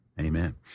amen